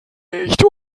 nicht